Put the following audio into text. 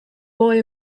boy